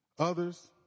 Others